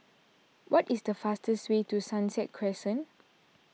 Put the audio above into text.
what is the fastest way to Sunset Crescent